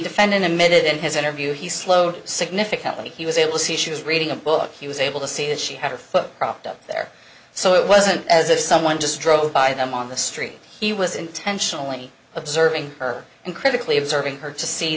defendant admitted in his interview he slowed significantly he was able to see she was reading a book he was able to see that she had her foot propped up there so it wasn't as if someone just drove by them on the street he was intentionally observing her and critically observing her to see